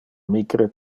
micre